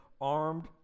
armed